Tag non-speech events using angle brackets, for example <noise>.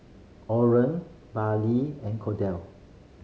Orren <unintelligible> and Kordell